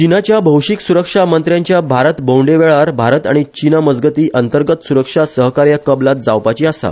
चिनाच्या भौशिक सुरक्षा मंत्र्याच्या भारत भोंवडे वेळार भारत आनी चिना मजगती अंतर्गत सुरक्षा सहकार्य कबलात जावपाची आसा